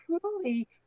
truly